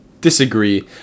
disagree